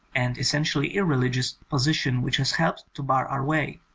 and essentially irreligious, position, which has helped to bar our way.